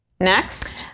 Next